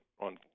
on